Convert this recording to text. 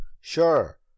Sure